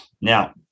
Now